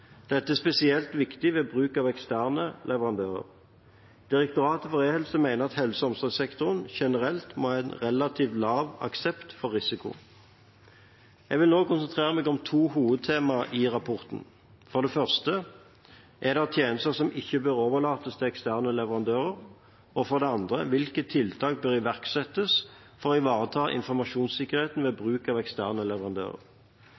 Dette er spesielt viktig ved bruk av eksterne leverandører. Direktoratet for e-helse mener at helse- og omsorgssektoren generelt må ha en relativt lav aksept for risiko. Jeg vil nå konsentrere meg om to hovedtema i rapporten. For det første: Er det tjenester som ikke bør overlates til eksterne leverandører? Og for det andre: Hvilke tiltak bør iverksettes for å ivareta informasjonssikkerheten ved bruk av eksterne leverandører?